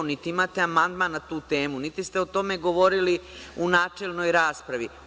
Niti imate amandman na tu temu, niti ste o tome govorili u načelnoj raspravi.